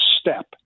STEP